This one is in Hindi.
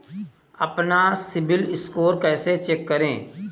अपना सिबिल स्कोर कैसे चेक करें?